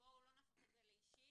בואו לא נהפוך את זה לאישי.